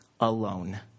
alone